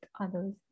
others